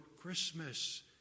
Christmas